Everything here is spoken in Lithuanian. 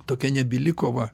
tokia nebyli kova